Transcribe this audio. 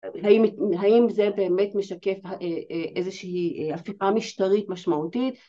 ‫האם זה באמת משקף ‫איזושהי הפיכה משטרית משמעותית?